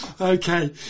Okay